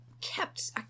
kept